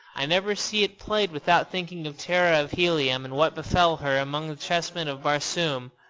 i never see it played without thinking of tara of helium and what befell her among the chessmen of barsoom.